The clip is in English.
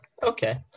Okay